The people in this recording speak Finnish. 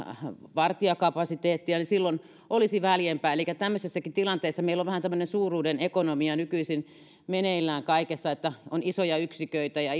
vartijakapasiteettia koska silloin olisi väljempää tämmöisessäkin tilanteessa meillä on vähän tämmöinen suuruuden ekonomia nykyisin meneillään kaikessa että on isoja yksiköitä ja